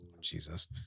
Jesus